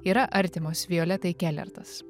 yra artimos violetai kelertas